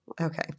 okay